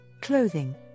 clothing